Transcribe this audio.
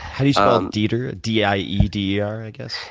how do you spell um dieter? d i e d e r, i guess?